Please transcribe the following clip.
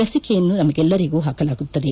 ಲಸಿಕೆಯನ್ನು ನಮಗೆಲ್ಲರಿಗೂ ಹಾಕಲಾಗುತ್ತದೆ